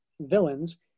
villains